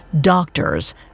doctors